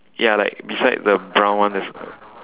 ya like beside the brown one that's uh